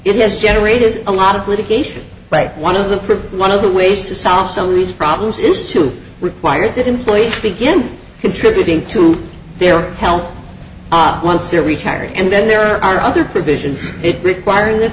it has generated a lot of litigation but one of the for one of the ways to solve some of these problems is to require that employees to begin contributing to their health op once they're retiring and then there are other provisions it require that